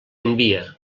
envia